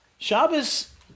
Shabbos